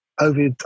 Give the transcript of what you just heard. over